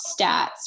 stats